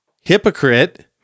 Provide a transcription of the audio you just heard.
Hypocrite